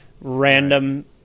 random